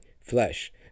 flesh